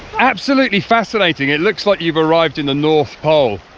absolutely fascinating! it looks like you've arrived in the north pole!